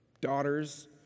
daughters